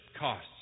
costs